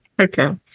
Okay